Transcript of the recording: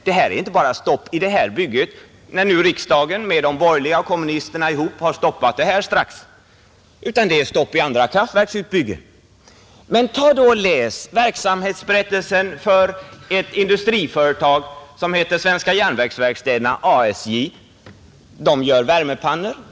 Det är inte bara stopp i det här bygget, när nu riksdagen med de borgerliga och kommunisterna ihop har stoppat det strax, utan det är också stopp i andra kraftverksutbyggnader. Ta och läs verksamhetsberättelsen för ett industriföretag som heter Svenska järnverksverkstäderna, ASJ, och som gör värmepannor.